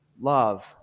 love